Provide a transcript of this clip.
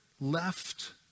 left